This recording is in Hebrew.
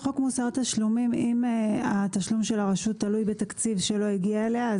לפי חוק מוסר תשלומים אם התשלום של הרשות תלוי בתקציב שלא הגיע אליה,